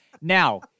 Now